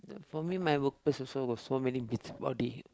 for me my workplace also were so many busybody